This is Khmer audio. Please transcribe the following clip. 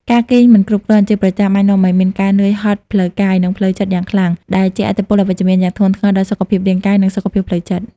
ការគេងមិនគ្រប់គ្រាន់ជាប្រចាំ អាចនាំឱ្យមានការនឿយហត់ផ្លូវកាយ និងផ្លូវចិត្តខ្លាំងពេក ដែលជះឥទ្ធិពលអវិជ្ជមានយ៉ាងធ្ងន់ធ្ងរដល់សុខភាពរាងកាយ និងសុខភាពផ្លូវចិត្ត។